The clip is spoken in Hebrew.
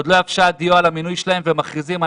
ועוד לא יבשה הדיו על המינוי שלהם וכבר הם מכריזים,